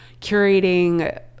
curating